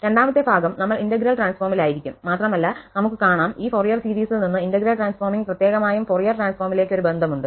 രണ്ടാമത്തെ ഭാഗം നമ്മൾ ഇന്റഗ്രൽ ട്രാൻസ്ഫോമിലായിരിക്കും മാത്രമല്ല നമുക് കാണാം ഈ ഫൊറിയർ സീരീസിൽ നിന്ന് ഇന്റഗ്രൽ ട്രാൻസ്ഫോർമിംഗ് പ്രത്യേകമായും ഫൊറിയർ ട്രാൻസ്ഫോമിലേക്ക് ഒരു ബന്ധമുണ്ട്